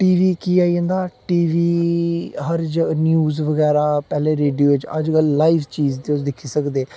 T V की आई जंदा टी वी हर जगह् न्यूज़ बगैरा पैह्लें रेडियो च अज्जकल लाइव चीज़ तुस दिक्खी सकदे